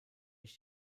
ich